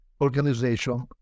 organization